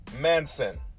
Manson